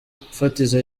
fatizo